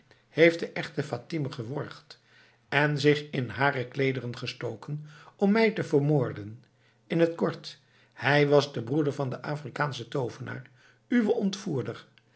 heeft de echte fatime geworgd en zich in hare kleederen gestoken om mij te vermoorden in t kort hij was de broeder van den afrikaanschen toovenaar uwen ontvoerder